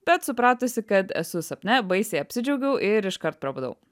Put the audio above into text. bet supratusi kad esu sapne baisiai apsidžiaugiau ir iškart prabudau